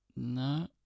No